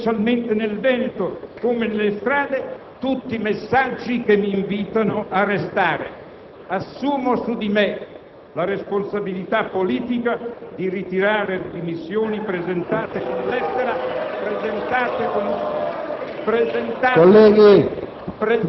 telefonato e che ho incontrato, specialmente nel Veneto così come nelle strade. E sono tutti messaggi che mi invitano a restare. Assumo su di me la responsabilità politica di ritirare le dimissioni presentate con lettera dell'11 giugno.